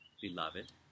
Beloved